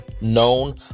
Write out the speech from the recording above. known